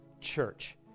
church